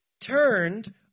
turned